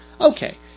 Okay